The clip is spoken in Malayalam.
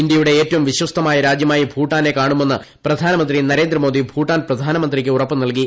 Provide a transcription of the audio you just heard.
ഇന്ത്യയുട്ടെ ഏറ്റവും വിശ്വസ്തമായ രാജ്യമായി ഭൂട്ടാനെ കാണുമെന്ന് പ്രധാനമന്ത്രി നരേന്ദ്രമോദി ഭൂട്ടാൻ പ്രധാനമന്ത്രിക്ക് ഉറപ്പ് നൽകി